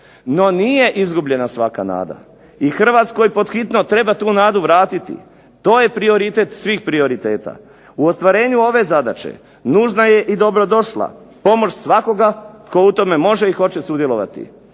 no nije izgubljena svaka nada, i Hrvatskoj pod hitno treba tu nadu vratiti, to je prioritet svih prioriteta, u ostvarenju ove zadaće nužna je i dobrodošla pomoć svakoga tko u tome može i hoće sudjelovati.